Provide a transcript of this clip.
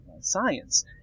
science